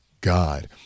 God